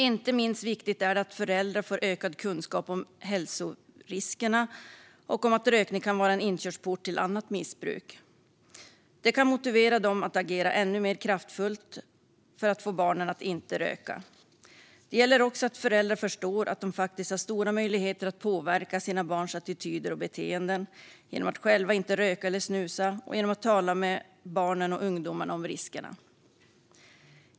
Inte minst viktigt är att föräldrar får ökad kunskap om hälsoriskerna och om att rökning kan vara en inkörsport till annat missbruk. Det kan motivera dem att agera ännu mer kraftfullt för att få barnen att inte röka. Det gäller också att föräldrar förstår att de har stora möjligheter att påverka sina barns attityder och beteenden genom att själva inte röka eller snusa och genom att tala med barnen och ungdomarna om riskerna.